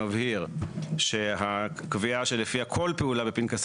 שמבהיר שהגבייה שלפיה כל פעולה בפנקסי